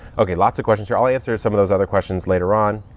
okay, lots of questions here. i'll answer some of those other questions later on.